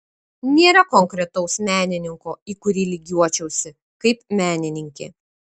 nėra konkretaus menininko į kurį lygiuočiausi kaip menininkė